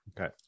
Okay